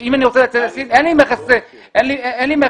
אם אני רוצה לייצא לסין, אין לי מגן.